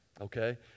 okay